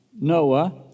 Noah